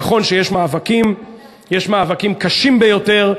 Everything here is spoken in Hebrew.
נכון שיש מאבקים קשים ביותר,